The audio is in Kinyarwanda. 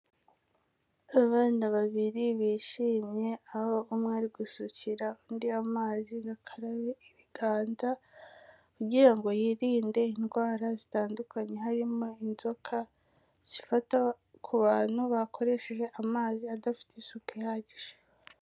Abana babiri bishimye, aho umwe ari gusukira undi amazi ngo akarabe ibiganza kugira ngo yirinde indwara zitandukanye, harimo inzoka zifata ku bantu bakoresheje amazi adafite isuku ihagije.